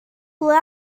ble